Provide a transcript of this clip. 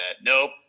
Nope